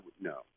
no